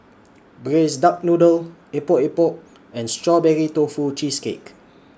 Braised Duck Noodle Epok Epok and Strawberry Tofu Cheesecake